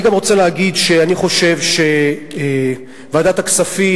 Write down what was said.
אני גם רוצה להגיד שאני חושב שוועדת הכספים,